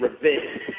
revenge